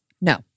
No